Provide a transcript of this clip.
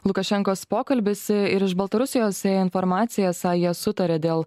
lukašenkos pokalbis ir iš baltarusijos informacija esą jie sutarė dėl